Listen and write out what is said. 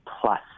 plus